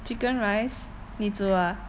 chicken rice 你煮 ah